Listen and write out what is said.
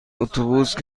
اتوبوس